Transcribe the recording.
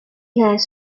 has